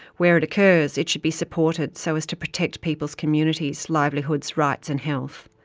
where it occurs, it should be supported so as to protect people's communities, livelihoods, rights, and health.